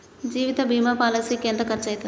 జీవిత బీమా పాలసీకి ఎంత ఖర్చయితది?